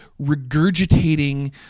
regurgitating